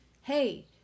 Hey